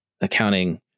accounting